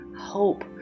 hope